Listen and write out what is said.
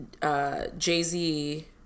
Jay-Z